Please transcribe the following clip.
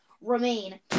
remain